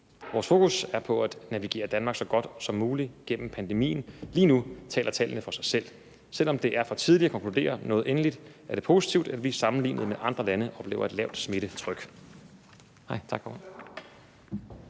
Vores fokus er på at navigere Danmark så godt som muligt gennem pandemien. Lige nu taler tallene for sig selv. Selv om det er for tidligt at konkludere noget endeligt, er det positivt, at vi sammenlignet med andre lande oplever et lavt smittetryk.